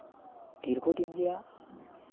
ᱫᱤᱨᱜᱷᱚᱫᱤᱱ ᱨᱮᱭᱟᱜ